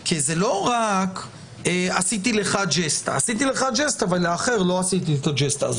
כי חלק גדול מהאזרחים רוצים דיגיטציה.